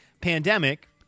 pandemic